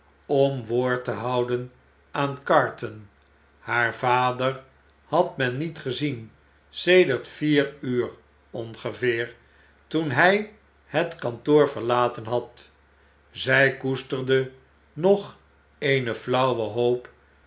om woord te houden aan carton haar vader had men niet gezien sedert vier uur ongeveer toen hy het kantoor verlaten had zjj koesterde nog eene flauwe hoop